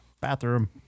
Bathroom